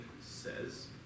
says